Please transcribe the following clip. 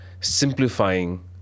simplifying